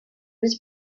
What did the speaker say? was